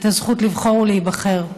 את הזכות לבחור ולהיבחר.